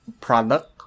product